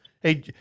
Hey